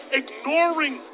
ignoring